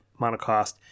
monocost